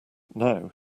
now